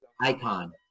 icon